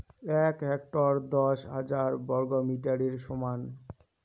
এক হেক্টর দশ হাজার বর্গমিটারের সমান